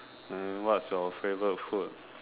then what's your favourite food